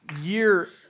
year